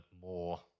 more